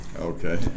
Okay